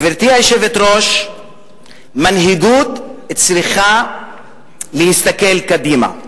גברתי היושבת-ראש, מנהיגות צריכה להסתכל קדימה,